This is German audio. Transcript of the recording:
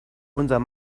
unser